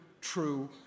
true